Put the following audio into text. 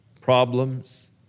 problems